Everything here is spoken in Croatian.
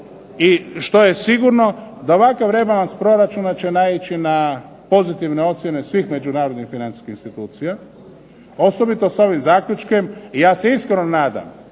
i što je sigurno da ovakav rebalans proračuna će naići na pozitivne ocjene svih međunarodnih financijskih institucija osobito s ovim zaključkom. I ja se iskreno nadam